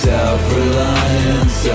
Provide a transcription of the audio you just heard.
Self-reliance